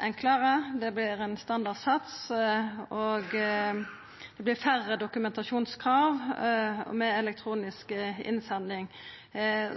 enklare. Det vert ein standardsats, og det vert færre dokumentasjonskrav med elektronisk innsending.